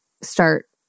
start